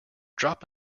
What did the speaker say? drop